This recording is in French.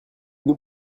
nous